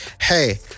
hey